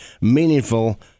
meaningful